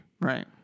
Right